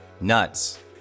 nuts